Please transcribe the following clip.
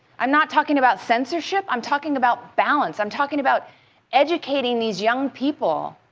i'm not talking about censorship, i'm talking about balance. i'm talking about educating these young people.